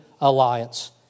alliance